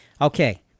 Okay